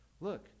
look